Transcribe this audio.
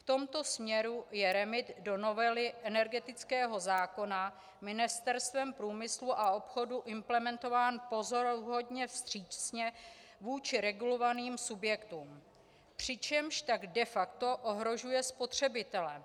V tomto směru je REMIT do novely energetického zákona Ministerstvem průmyslu a obchodu implementován pozoruhodně vstřícně vůči regulovaným subjektům, přičemž tak de facto ohrožuje spotřebitele.